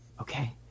Okay